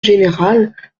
général